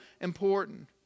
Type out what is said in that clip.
important